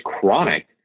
chronic